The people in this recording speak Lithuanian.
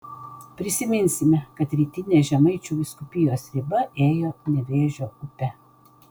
priminsime kad rytinė žemaičių vyskupijos riba ėjo nevėžio upe